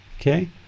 Okay